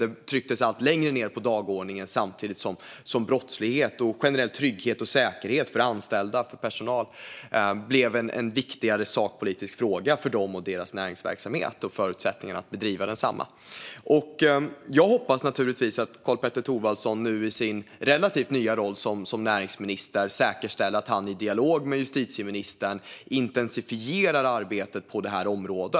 Det trycktes allt längre ned på dagordningen samtidigt som brottslighet och generell trygghet och säkerhet för anställda och personal blev en viktigare sakpolitisk fråga för näringsidkarna och deras verksamhet och förutsättningar att bedriva densamma. Jag hoppas naturligtvis att Karl-Petter Thorwaldsson nu i sin relativt nya roll som näringsminister säkerställer att han i dialog med justitieministern intensifierar arbetet på detta område.